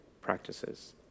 practices